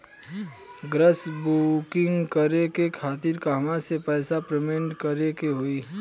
Gas booking करे के खातिर कहवा से पैसा पेमेंट करे के होई?